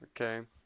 okay